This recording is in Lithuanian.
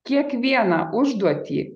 kiekvieną užduotį